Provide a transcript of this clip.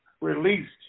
released